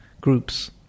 groups